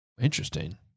Interesting